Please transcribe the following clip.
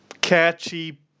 catchy